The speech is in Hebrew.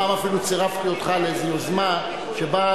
פעם אפילו צירפתי אותך לאיזו יוזמה שנפגעי